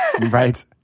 Right